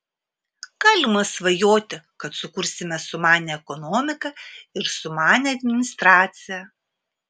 galima svajoti kad sukursime sumanią ekonomiką ir sumanią administraciją